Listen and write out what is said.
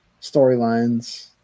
storylines